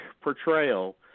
portrayal